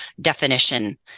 definition